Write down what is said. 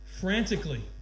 Frantically